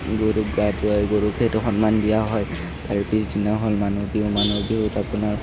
গৰুক গা ধুৱায় গৰুক সেইটো সন্মান দিয়া হয় তাৰ পিছদিনা হ'ল মানুহ বিহু মানুহ বিহুত আপোনাৰ